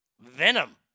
Venom